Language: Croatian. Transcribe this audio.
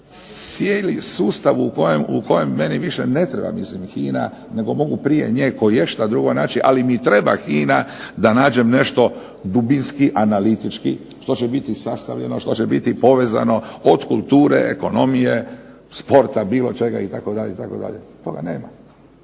cijeli sustav u kojem meni više ne treba mislim i HINA nego prije nje koješta drugo naći, ali mi treba HINA da nađem nešto dubinski, analitički što će biti sastavljeno, što će biti povezano od kulture, ekonomije, sporta bilo čega itd. toga nema.